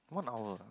one hour